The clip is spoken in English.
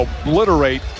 obliterate